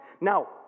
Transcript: Now